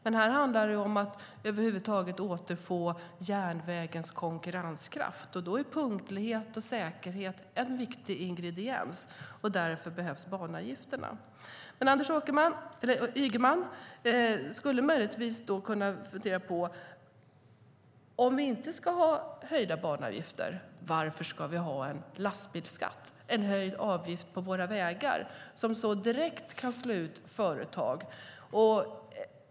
Men här handlar det om att över huvud taget återfå järnvägens konkurrenskraft. Då är punklighet och säkerhet viktiga ingredienser. Därför behövs banavgifterna. Anders Ygeman skulle möjligtvis kunna fundera på: Om vi inte ska höja banavgifterna, varför ska vi ha en lastbilsskatt, en höjd avgift på våra vägar som gör att företag direkt kan slås ut?